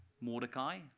Mordecai